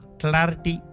clarity